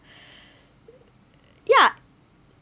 ya